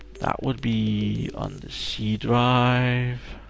that would be on the c drive,